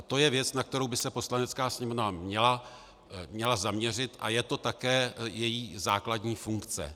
To je věc, na kterou by se Poslanecká sněmovna měla zaměřit, a je to také její základní funkce.